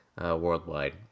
worldwide